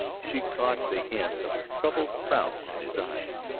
she caught the hint of a troubled frown in his eyes.